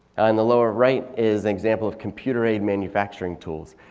and the lower right is an example of computer aid manufacturing tools.